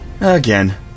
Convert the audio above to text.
again